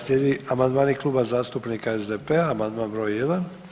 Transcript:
Slijedi amandmani Kluba zastupnika SDP-a, amandman br. 1.